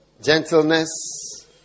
Gentleness